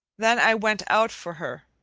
then i went out for her,